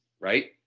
Right